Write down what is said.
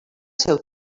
seu